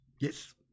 Yes